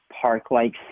park-like